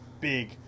big